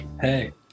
Hey